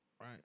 right